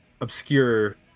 obscure